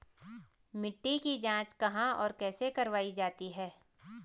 मिट्टी की जाँच कहाँ और कैसे करवायी जाती है?